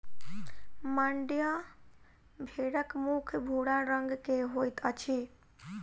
मांड्या भेड़क मुख भूरा रंग के होइत अछि